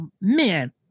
man